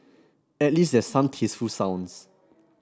at least there's some tasteful sounds